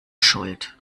schuld